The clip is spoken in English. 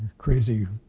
crazy,